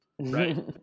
right